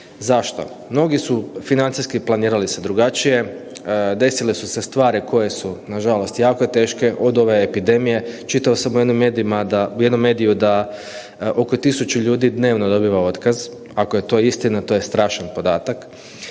Zašto? Mnogi su financijski planirali se drugačije, desile su se stvari koje su nažalost jako teške, od ove epidemije, čitao sam u jednom mediju da oko tisuću ljudi dnevno dobiva otkaz. Ako je to istina, to je strašan podatak.